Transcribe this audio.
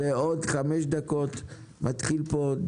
הישיבה ננעלה בשעה 10:41.